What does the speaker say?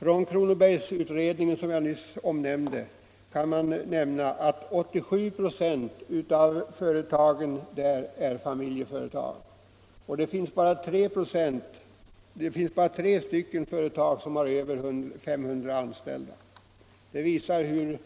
Enligt Kronobergsutredningen, som jag nyss omnämnde, är 87 96 av företagen i länet familjeföretag och bara tre företag har över 500 anställda. Det visar hur